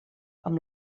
amb